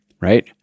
Right